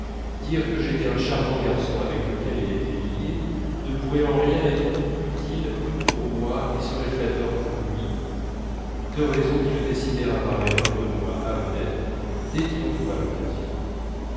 dire que j'étais un charmant garçon avec lequel il était lié ne pourrait en rien être utile pour moi et serait flatteur pour lui deux raisons qui le décidèrent à parler de moi à odette dès qu'il en trouva l'occasion